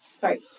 Sorry